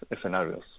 scenarios